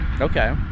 Okay